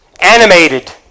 animated